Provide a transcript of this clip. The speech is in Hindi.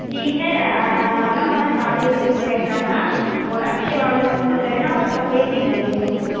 ठीक है आ जाना मगर ताज़ा फूल पैक करना और अच्छे वाले फूल देना और सफ़ेद ही चाहिए मुझे